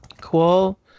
cool